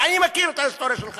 ואני מכיר אישית את ההיסטוריה שלך.